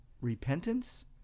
repentance